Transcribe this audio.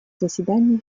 заседаний